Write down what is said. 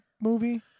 movie